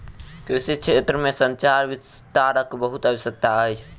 कृषि क्षेत्र में संचार विस्तारक बहुत आवश्यकता अछि